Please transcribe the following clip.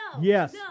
Yes